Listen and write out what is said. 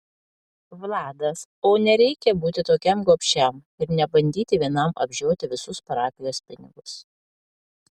vladas o nereikia būti tokiam gobšiam ir nebandyti vienam apžioti visus parapijos pinigus